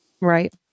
right